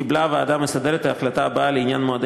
קיבלה הוועדה המסדרת את ההחלטה הבאה לעניין מועדי